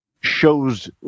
shows